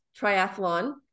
triathlon